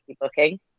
booking